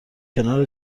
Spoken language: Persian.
کنار